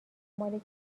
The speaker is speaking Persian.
مال